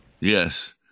yes